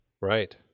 Right